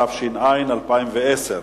התש"ע-2010,